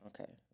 okay